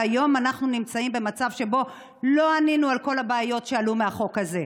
והיום אנחנו נמצאים במצב שבו לא ענינו על כל הבעיות שעלו מהחוק הזה.